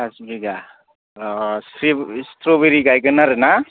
फास बिघा अ चित्र चित्रबिरि गायगोन आरो ना